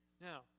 Now